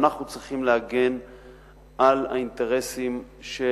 ואנחנו צריכים להגן על האינטרסים של